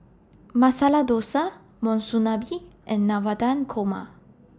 Masala Dosa Monsunabe and Navratan Korma